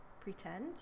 pretend